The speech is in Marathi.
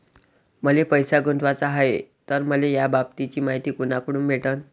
मले पैसा गुंतवाचा हाय तर मले याबाबतीची मायती कुनाकडून भेटन?